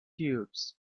cubes